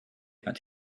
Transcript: that